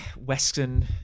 Western